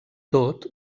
tot